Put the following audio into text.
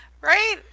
Right